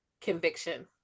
conviction